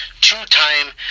two-time